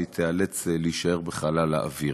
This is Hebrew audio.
והיא תיאלץ להישאר בחלל האוויר.